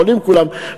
עולים כולם,